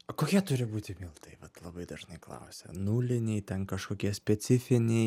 o kokie turi būti miltai vat labai dažnai klausia nuliniai ten kažkokie specifiniai